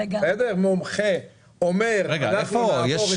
מומחה אומר אנחנו נעבור את